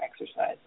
exercise